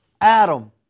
Adam